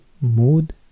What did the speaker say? Mood